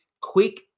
quick